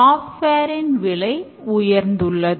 software ன் விலை உயர்ந்துள்ளது